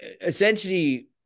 essentially